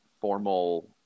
formal